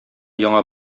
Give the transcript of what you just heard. яңа